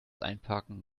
einparken